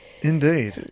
indeed